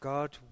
God